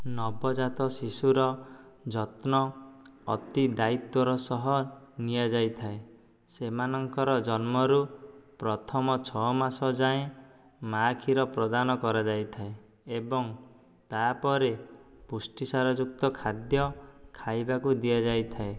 ନବଜାତ ଶିଶୁର ଯତ୍ନ ଅତି ଦାଇତ୍ଵର ସହ ନିଆଯାଇଥାଏ ସେମାନଙ୍କର ଜନ୍ମରୁ ପ୍ରଥମ ଛଅ ମାସ ଯାଏଁ ମା' କ୍ଷୀର ପ୍ରଦାନ କରାଯାଇଥାଏ ଏବଂ ତା'ପରେ ପୁଷ୍ଟିସାରଯୁକ୍ତ ଖାଦ୍ୟ ଖାଇବାକୁ ଦିଆଯାଇଥାଏ